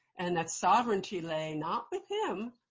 and that sovereignty lay not with him,